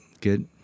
Good